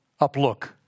Uplook